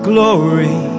Glory